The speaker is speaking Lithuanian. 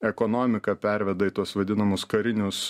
ekonomiką perveda į tuos vadinamus karinius